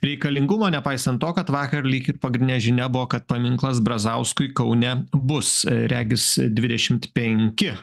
reikalingumo nepaisant to kad vakar lyg ir pagrindinė žinia buvo kad paminklas brazauskui kaune bus regis dvidešimt penki